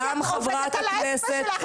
אנחנו מנחים איך להגיש ומה לעשות,